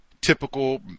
typical